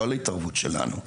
לא על התערבות שלנו.